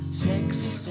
sexy